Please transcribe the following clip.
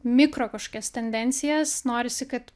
mikro kažkokias tendencijas norisi kad